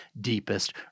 deepest